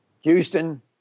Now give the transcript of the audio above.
Houston